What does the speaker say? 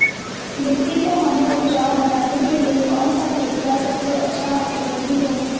मिट्टी को हमें उपजाऊ बनाने के लिए कौन सा तरीका सबसे अच्छा उपयोगी होगा?